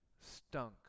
stunk